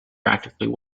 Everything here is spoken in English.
practically